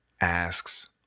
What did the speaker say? asks